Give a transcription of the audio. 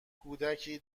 کودکی